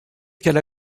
qu’elle